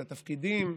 את התפקידים.